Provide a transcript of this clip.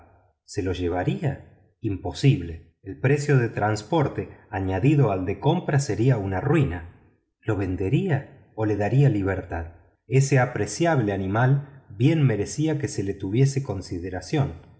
se lo llevaría imposible el precio del transporte añadido al de la compra sería una ruina lo vendería o le daría libertad ese apreciable animal bien merecía que se le tuviese consideración